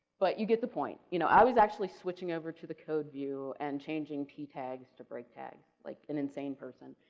but you get the point you know i was actually switching over to the code view and changing p tags to break tags like and in same person.